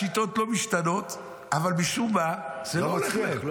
השיטות לא משתנות, אבל משום מה זה לא הולך להם.